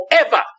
forever